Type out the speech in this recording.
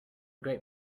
great